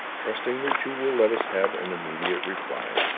trusting that you will let us have an immediate reply,